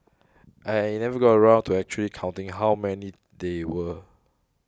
I never got around to actually counting how many they were